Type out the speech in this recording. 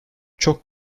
çok